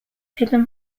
hidden